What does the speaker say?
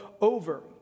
over